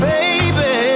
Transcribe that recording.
Baby